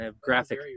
graphic